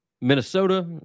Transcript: Minnesota